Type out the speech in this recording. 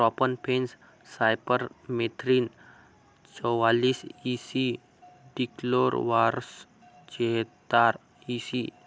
profenofos cypermethrin चौवालीस E C dichlorvos चेहतार EC